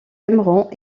aimeront